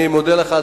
אני מודה לך,